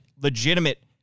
legitimate